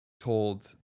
told